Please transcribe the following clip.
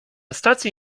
stacji